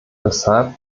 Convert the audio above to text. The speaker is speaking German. deshalb